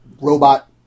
robot